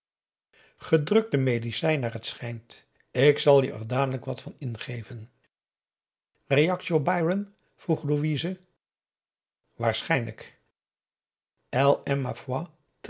kijken gedrukte medicijn naar t schijnt ik zal je er dadelijk wat van ingeven reactie op byron vroeg louise waarschijnlijk elle